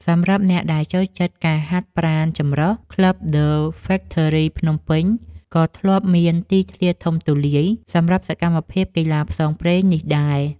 សម្រាប់អ្នកដែលចូលចិត្តការហាត់ប្រាណចម្រុះ ក្លឹប ដឹ ហ្វ៊ែកថឺរី ភ្នំពេញ ក៏ធ្លាប់មានទីធ្លាធំទូលាយសម្រាប់សកម្មភាពកីឡាផ្សងព្រេងនេះដែរ។